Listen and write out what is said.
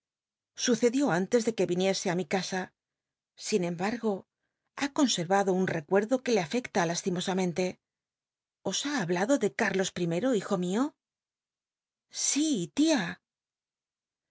sucedió antes de que viniese ü mi casa sin embargo ha conservado un recuerdo que le afecta lastimosamente os ha hablado de cárlos i hijo mio si tia